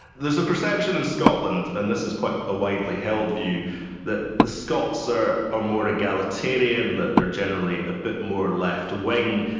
there's a perception in scotland and this is quite a widely held view that the scots are are more egalitarian, that they're generally a bit more left-wing,